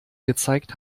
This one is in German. gezeigt